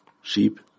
sheep